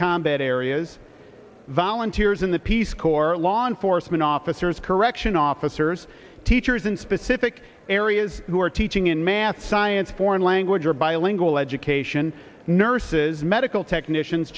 combat areas volunteers in the peace corps law enforcement officers correction officers teachers in specific areas who are teaching in math science foreign language or bilingual education nurses medical technicians